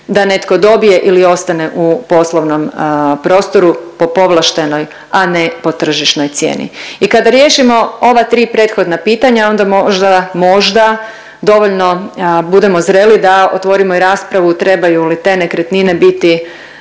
da netko dobije ili ostane u poslovnom prostoru po povlaštenoj, a ne po tržišnoj cijeni. I kada riješimo ova tri prethodna pitanja onda možda, možda dovoljno budemo zreli da otvorimo i raspravu trebaju li te nekretnine biti